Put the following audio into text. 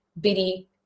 bitty